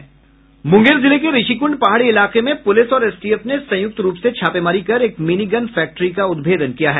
मूंगेर जिले के ऋषिकूंड पहाड़ी इलाके में पूलिस और एसटीएफ ने संयुक्त रूप से छापेमारी कर एक मिनीगन फैक्ट्री का उद्भेदन किया है